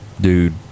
dude